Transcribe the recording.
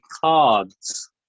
cards